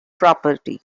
property